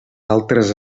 altres